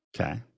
Okay